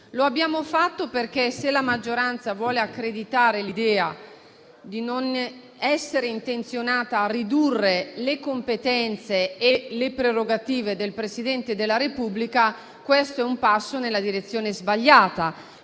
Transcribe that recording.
Lo abbiamo fatto perché, se la maggioranza vuole accreditare l'idea di non essere intenzionata a ridurre le competenze e le prerogative del Presidente della Repubblica, questo è un passo nella direzione sbagliata.